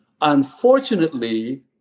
Unfortunately